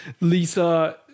lisa